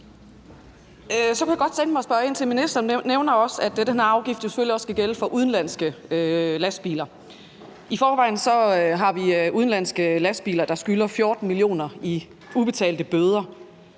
Så kunne jeg godt tænke mig spørge ind til noget. Ministeren nævner også, at den her afgift jo selvfølgelig også skal gælde for udenlandske lastbiler. I forvejen har vi udenlandske lastbiler, der skylder 14 mio. kr. i ubetalte bøder,